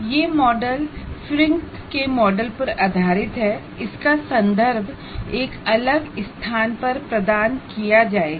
यह मॉडल फ़िंक के मॉडल पर आधारित हैइसका संदर्भ एक अलग स्थान पर दिया जाएगा